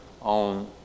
on